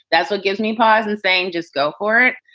that's what gives me pause and saying just go for it.